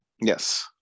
yes